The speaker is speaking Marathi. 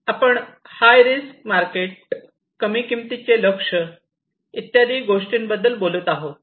आपण हाय रिस्क मार्केट कमी किंमतीचे लक्ष्य इत्यादी गोष्टींबद्दल बोलत आहोत